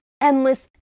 endless